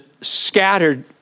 scattered